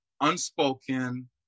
unspoken